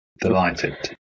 Delighted